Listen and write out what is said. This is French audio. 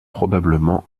probablement